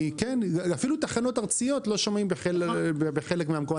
אפילו תחנות ארציות לא שומעים בחלק מהמקומות.